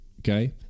Okay